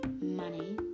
money